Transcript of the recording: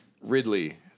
Ridley